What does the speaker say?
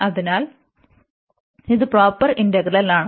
അതിനാൽ ഇത് പ്രോപ്പർ ഇന്റഗ്രലാണ്